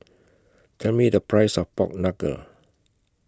Tell Me The Price of Pork Knuckle